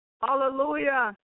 hallelujah